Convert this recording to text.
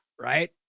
right